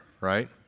Right